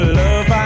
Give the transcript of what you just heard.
love